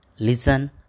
Listen